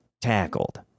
tackled